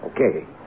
Okay